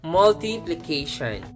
multiplication